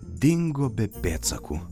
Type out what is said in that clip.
dingo be pėdsakų